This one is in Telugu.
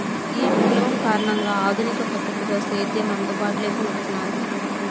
ఈ విప్లవం కారణంగా ఆధునిక పద్ధతిలో సేద్యం అందుబాటులోకి వచ్చినాది